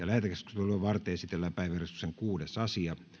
lähetekeskustelua varten esitellään päiväjärjestyksen kuudes asia